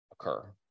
occur